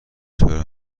چرا